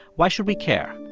why should we care?